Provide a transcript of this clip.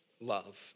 love